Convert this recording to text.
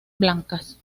blancas